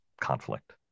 conflict